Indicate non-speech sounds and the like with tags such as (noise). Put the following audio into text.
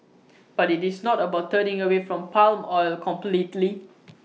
(noise) but IT is not about turning away from palm oil completely (noise)